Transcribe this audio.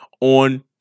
on